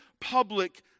public